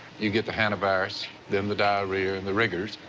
you get the hantavirus, then the diarrhea, and the rigors.